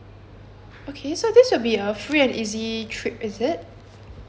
okay so this will be a free and easy trip is it